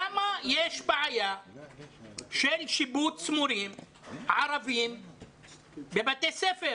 למה יש בעיה של שיבוץ מורים ערבים בבתי ספר?